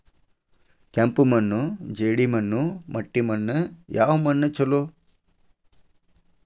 ಕೆಂಪು ಮಣ್ಣು, ಜೇಡಿ ಮಣ್ಣು, ಮಟ್ಟಿ ಮಣ್ಣ ಯಾವ ಮಣ್ಣ ಛಲೋ?